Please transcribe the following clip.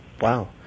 Wow